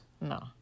No